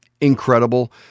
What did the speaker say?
incredible